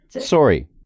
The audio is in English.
Sorry